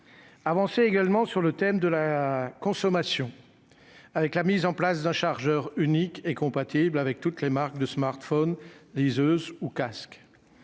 avancée également sur le thème de la consommation, avec la mise en place d'un chargeur unique et compatible avec toutes les marques de smartphones liseuses ou casque